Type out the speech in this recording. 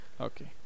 Okay